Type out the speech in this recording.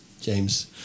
James